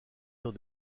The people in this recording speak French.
dans